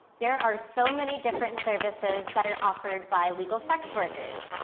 there are so many different services that are offered by legal sex workers.